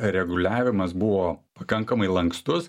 reguliavimas buvo pakankamai lankstus